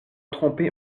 tromper